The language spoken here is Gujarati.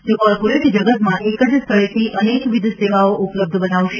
જે કોર્પોરેટ જગતમાં એક જ સ્થળેથી અનેકવિધ સેવાઓ ઉપલબ્ધ બનાવશે